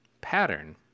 pattern